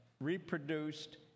reproduced